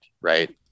right